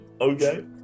Okay